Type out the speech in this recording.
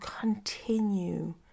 continue